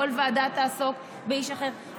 כל ועדה תעסוק באיש אחר,